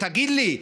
תגיד לי,